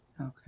Okay